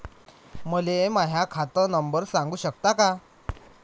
मले माह्या खात नंबर सांगु सकता का?